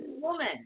woman